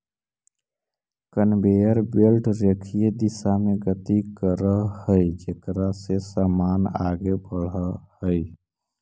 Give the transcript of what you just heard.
conveyor belt रेखीय दिशा में गति करऽ हई जेकरा से समान आगे बढ़ऽ हई